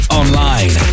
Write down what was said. online